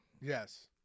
Yes